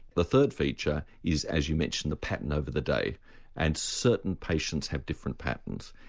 the third feature is as you mention the pattern over the day and certain patients have different patterns.